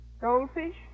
Goldfish